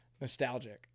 nostalgic